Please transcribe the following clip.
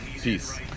peace